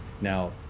Now